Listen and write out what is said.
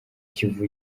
kivu